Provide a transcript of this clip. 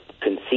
conceive